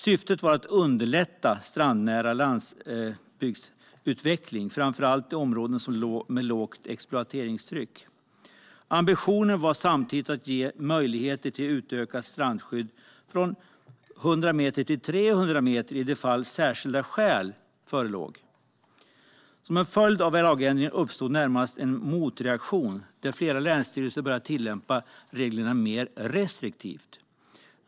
Syftet var att underlätta strandnära landsbygdsutveckling, framför allt i områden med lågt exploateringstryck. Ambitionen var samtidigt att ge möjligheter till utökat strandskydd från 100 meter till 300 meter i de fall särskilda skäl förelåg. Som en följd av lagändringarna uppstod närmast en motreaktion där flera länsstyrelser började tillämpa reglerna mer restriktivt.